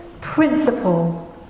principle